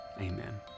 amen